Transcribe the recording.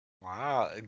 Wow